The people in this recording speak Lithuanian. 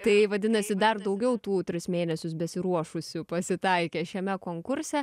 tai vadinasi dar daugiau tų tris mėnesius besiruošusių pasitaikė šiame konkurse